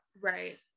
Right